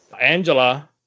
Angela